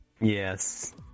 Yes